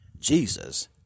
Jesus